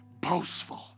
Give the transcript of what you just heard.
boastful